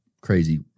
crazy